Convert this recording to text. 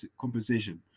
compensation